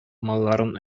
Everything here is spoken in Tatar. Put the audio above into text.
малларын